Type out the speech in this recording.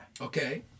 Okay